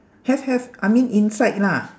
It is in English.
have have I mean inside lah